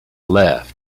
left